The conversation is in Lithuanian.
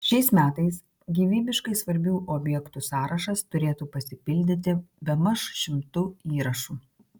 šiais metais gyvybiškai svarbių objektų sąrašas turėtų pasipildyti bemaž šimtu įrašų